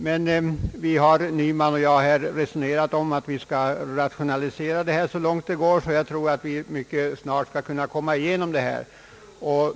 Herr Nyman och jag har emellertid resonerat om att försöka rationalisera så långt det går. Jag tror där för att vi mycket snart skall ha avverkat ärendena.